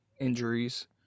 injuries